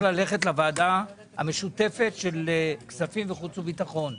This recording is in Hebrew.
ללכת לוועדה המשותפת של כספים וחוץ וביטחון.